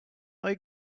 are